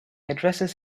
addresses